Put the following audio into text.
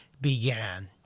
began